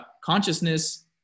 consciousness